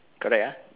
correct uh